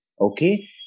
Okay